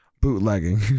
bootlegging